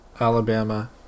Alabama